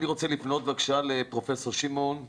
אני רוצה לפנות בבקשה לפרופ' שמעון גפשטיין.